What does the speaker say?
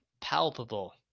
palpable